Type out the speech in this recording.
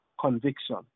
conviction